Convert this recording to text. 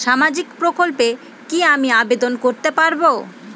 সামাজিক প্রকল্পে কি আমি আবেদন করতে পারবো?